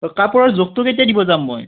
কাপোৰৰ জোখটো কেতিয়া দিব যাম মই